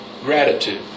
gratitude